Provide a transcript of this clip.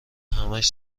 همهاش